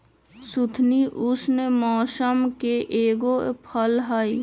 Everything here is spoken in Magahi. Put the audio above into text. सुथनी उष्ण मौसम के एगो फसल हई